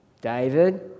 David